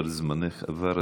אבל זמנך עבר.